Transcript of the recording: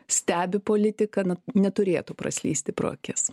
stebi politiką neturėtų praslysti pro akis